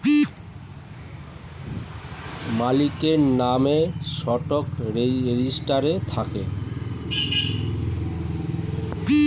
মালিকের নাম স্টক রেজিস্টারে থাকে